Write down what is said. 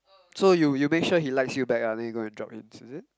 so you you make sure he likes you back lah then you go and drop hints is it